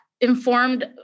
informed